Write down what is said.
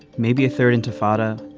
maybe a third intifada.